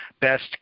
best